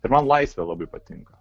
ir man laisvė labai patinka